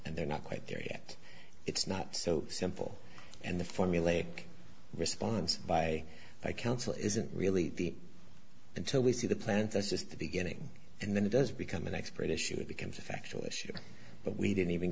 and they're not quite there yet it's not so simple and the formulaic response by by counsel isn't really the until we see the plant this is the beginning and then it does become an expert issue it becomes a factual issue but we didn't even